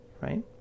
right